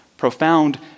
Profound